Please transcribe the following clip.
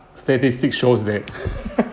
statistics shows that